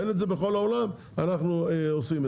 אין את זה בכל העולם ואנחנו עושים את זה.